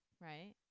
Right